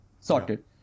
Sorted